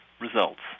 results